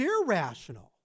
irrational